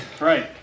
Right